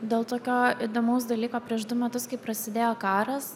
dėl tokio įdomaus dalyko prieš du metus kai prasidėjo karas